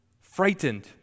frightened